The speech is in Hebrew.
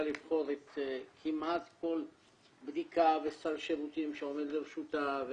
לבחור כמעט כל בדיקה וסל שירותים שעומד לרשותה,